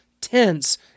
tense